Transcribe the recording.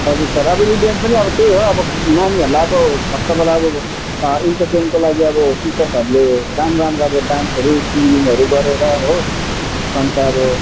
हजुर सर अब इभेन्ट पनि त्यही हो नानीहरूलाई अब फर्स्ट अब् अल अब इन्टरटेनको लागि अब टिचर्सहरूले राम्रो राम्रो अब डान्सहरू सिङ्गिङहरू गरेर हो अन्त अब